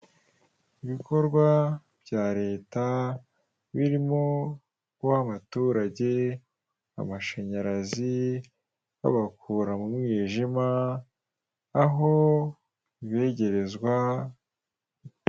Ibikorwa bya leta birimo guha abaturage amashanyarazi babakura mu mwijima aho bibegerezwa.